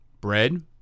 Bread